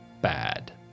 bad